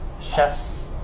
chefs